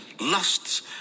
lusts